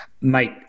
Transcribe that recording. Mate